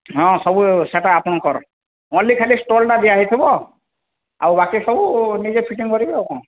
ହଁ ସବୁ ସେଟା ଆପଣଙ୍କର ଓନଲି ଖାଲି ଷ୍ଟଲ୍ଟା ଦିଆହୋଇଥିବ ଆଉ ବାକିସବୁ ନିଜେ ଫିଟିଙ୍ଗ୍ କରିବେ ଆଉ କ'ଣ